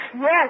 Yes